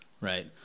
right